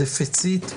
דפיציט,